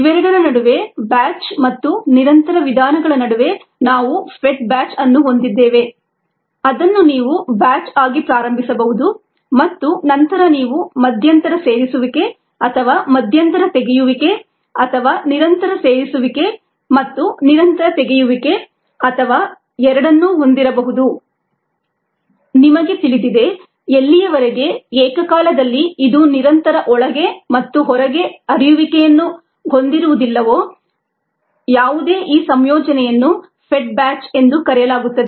ಇವೆರಡರ ನಡುವೆ ಬ್ಯಾಚ್ ಮತ್ತು ನಿರಂತರ ವಿಧಾನಗಳ ನಡುವೆ ನಾವು ಫೆಡ್ ಬ್ಯಾಚ್ ಅನ್ನು ಹೊಂದಿದ್ದೇವೆ ಅದನ್ನು ನೀವು ಬ್ಯಾಚ್ ಆಗಿ ಪ್ರಾರಂಭಿಸಬಹುದು ಮತ್ತು ನಂತರ ನೀವು ಮಧ್ಯಂತರ ಸೇರಿಸುವಿಕೆ ಅಥವಾ ಮಧ್ಯಂತರ ತೆಗೆಯುವಿಕೆ ಅಥವಾ ನಿರಂತರ ಸೇರಿಸುವಿಕೆ ಮತ್ತು ನಿರಂತರ ತೆಗೆಯುವಿಕೆ ಅಥವಾ ಎರಡನ್ನೂ ಹೊಂದಿರಬಹುದು ನಿಮಗೆ ತಿಳಿದಿದೆ ಎಲ್ಲಿಯವರೆಗೆ ಏಕಕಾಲದಲ್ಲಿ ಇದು ನಿರಂತರ ಒಳಗೆ ಮತ್ತು ಹೊರಗೆ ಹರಿಯುವಿಕೆಯನ್ನು ಹೊಂದಿರುವುದಿಲ್ಲವೋ ಯಾವುದೇ ಈ ಸಂಯೋಜನೆಯನ್ನು ಫೆಡ್ ಬ್ಯಾಚ್ ಎಂದು ಕರೆಯಲಾಗುತ್ತದೆ